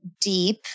deep